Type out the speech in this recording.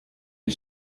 est